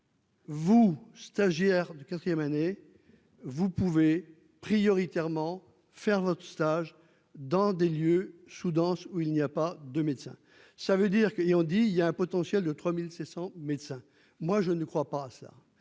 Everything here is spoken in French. Vous stagiaire de quatrième année vous pouvez prioritairement faire votre stage dans des lieux Soudan où il n'y a pas de médecin, ça veut dire qu'ils ont dit : il y a un potentiel de 3500 médecins, moi je ne crois pas à ça,